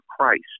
Christ